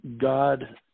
God